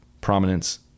prominence